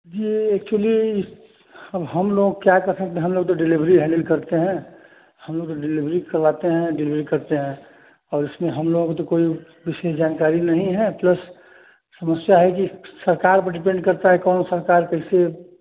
ये एक्चुली हम लोग क्या कर सकते हैं हम लोग तो डिलीवरी हैन्डल करते हैं हम लोग डिलीवरी करवाते हैं डिलीवरी करते हैं और इसमें हम लोगों को तो कोई विशेष जानकारी नहीं है प्लस समस्या है कि सरकार पर डिपेंड करता है कौन सरकार किसे